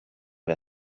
wer